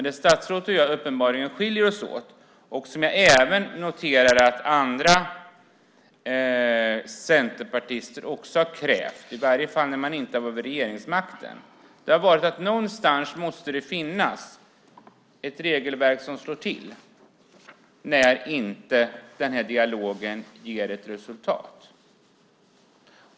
Det som uppenbarligen skiljer statsrådet och mig åt - jag noterar att även andra centerpartister har krävt det, i varje fall när man inte har regeringsmakten - är uppfattningen att det någonstans måste finnas ett regelverk som slår till när dialogen inte ger ett resultat.